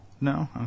No